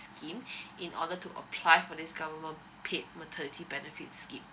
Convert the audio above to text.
scheme in order to apply for this government paid maternity benefits scheme